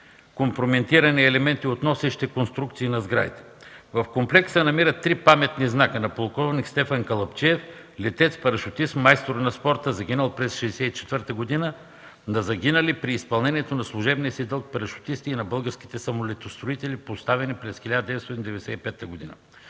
компрометирани елементи от носещите конструкции на сградите. В комплекса се намират три паметни знака: на полк. Стефан Калъпчиев – летец-парашутист, майстор на спорта, загинал през 1964 г.; на загинали при изпълнение на служебния си дълг парашутисти и на българските самолетостроители, поставен през 1995 г.